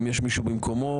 אם יש מישהו במקומו,